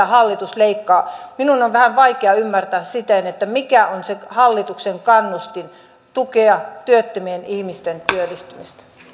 hallitus leikkaa minun on vähän vaikea ymmärtää mikä on se hallituksen kannustin jolla se tukee työttömien ihmisten työllistymistä